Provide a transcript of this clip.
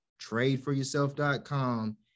tradeforyourself.com